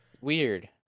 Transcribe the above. Weird